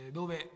dove